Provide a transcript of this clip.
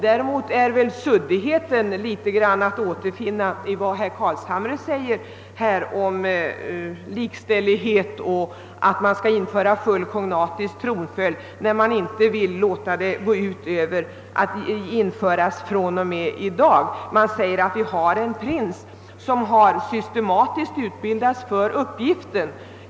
Däremot finns det väl en viss suddighet i herr Carlshamres uttalande om likställighet och om att man skall införa fullt kognatisk tronföljd, när man inte vill låta detta gälla från och med i dag. Man säger att vi har en prins som systematiskt har utbildats för uppgiften.